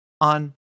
on